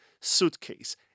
suitcase